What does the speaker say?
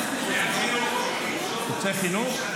רוצה חינוך?